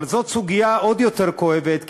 אבל זאת סוגיה עוד יותר כואבת,